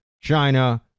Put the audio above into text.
China